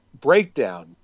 breakdown